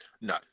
no